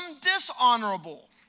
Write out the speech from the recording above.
dishonorable